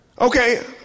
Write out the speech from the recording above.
Okay